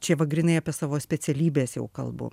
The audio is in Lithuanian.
čia va grynai apie savo specialybės jau kalbu